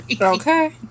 Okay